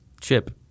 chip